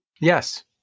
Yes